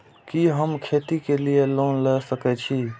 कि हम खेती के लिऐ लोन ले सके छी?